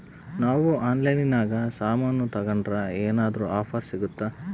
ನಾವು ಆನ್ಲೈನಿನಾಗ ಸಾಮಾನು ತಗಂಡ್ರ ಏನಾದ್ರೂ ಆಫರ್ ಸಿಗುತ್ತಾ?